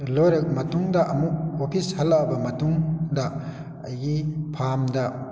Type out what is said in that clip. ꯂꯣꯏꯔ ꯃꯇꯨꯡꯗ ꯑꯃꯨꯛ ꯑꯣꯐꯤꯁ ꯍꯜꯂꯛꯑꯕ ꯃꯇꯨꯡꯗ ꯑꯩꯒꯤ ꯐꯥꯝꯗ